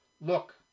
Look